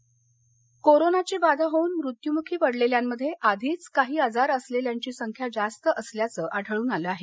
म्हैसेकर कोरोनाची बाधा होऊन मृत्युमुखी पडलेल्यांमध्ये आधीच काही आजार असलेल्यांची संख्या जास्त असल्यांचं आढळून आलं आहे